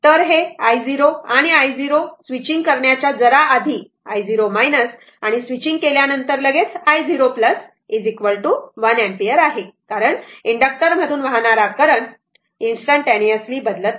तर हे i0 आणि i0 स्विचींग करण्याच्या जरा आधी i0 स्विचींग केल्यानंतर लगेच i0 1 अँपिअर कारण इंडक्टर मधून वाहणारा करंट इनस्टन्टटेनियसली बदलत नाही